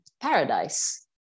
paradise